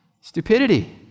Stupidity